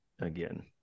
again